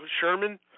Sherman